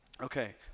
Okay